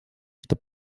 что